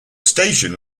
station